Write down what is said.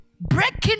Breaking